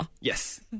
Yes